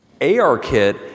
ARKit